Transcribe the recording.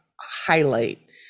highlight